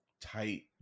tight